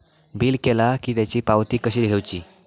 Bill केला की त्याची पावती कशी घेऊची?